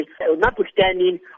notwithstanding